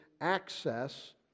access